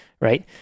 Right